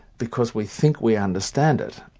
because we think we understand it,